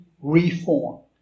reformed